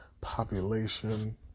population